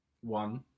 one